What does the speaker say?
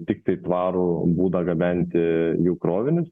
tiktai tvarų būdą gabenti jų krovinius